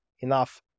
enough